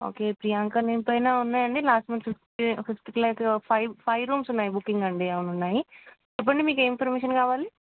okay Priyanka name పైన ఉన్నాయండి last month fif fifth క లైక్ ఫైవ్ ఫైవ్ రూమ్స్ ఉన్నాయి బుకింగ్ అండి అవును ఉన్నాయి చెప్పండి మీకు ఏం పర్మిషన్ కావాలి